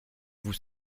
vous